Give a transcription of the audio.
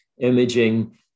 imaging